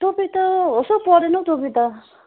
टोपी त होस् हौ परेन हौ टोपी त